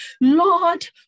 Lord